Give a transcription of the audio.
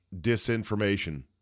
disinformation